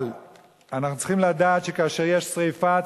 אבל אנחנו צריכים לדעת שכאשר יש שרפה,